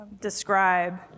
describe